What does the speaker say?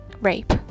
rape